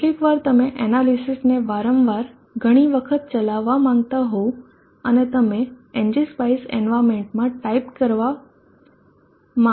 કેટલીકવાર તમે એનાલિસિસને વારંવાર ઘણી વખત ચલાવવા માંગતા હોવ અને તમે ng specie environmentમાં ટાઇપ કરવામાં દરેક સમયે મુશ્કેલ થઈ શકે છે